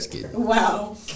Wow